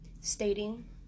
stating